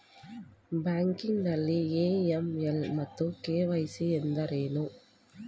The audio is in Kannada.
ಬ್ಯಾಂಕಿಂಗ್ ನಲ್ಲಿ ಎ.ಎಂ.ಎಲ್ ಮತ್ತು ಕೆ.ವೈ.ಸಿ ಎಂದರೇನು?